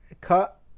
Cut